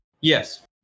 Yes